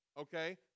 Okay